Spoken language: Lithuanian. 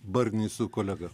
barnį su kolega